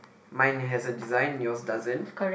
mine has a design yours doesn't